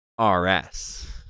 RS